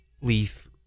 Leaf